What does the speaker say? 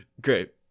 Great